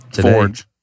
forge